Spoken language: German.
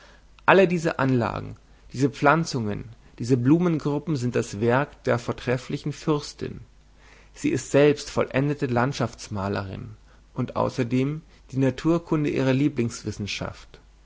alle diese anlagen diese pflanzungen diese blumengruppen sind das werk der vortrefflichen fürstin sie ist selbst vollendete landschaftsmalerin und außerdem die naturkunde ihre